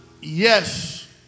yes